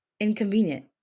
inconvenient